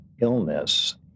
illness